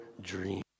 dream